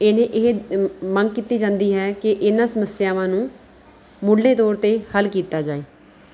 ਇਹਨੇ ਇਹ ਮੰਗ ਕੀਤੀ ਜਾਂਦੀ ਹੈ ਕਿ ਇਹਨਾਂ ਸਮੱਸਿਆਵਾਂ ਨੂੰ ਮੁੱਢਲੇ ਤੌਰ 'ਤੇ ਹੱਲ ਕੀਤਾ ਜਾਏ